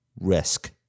risk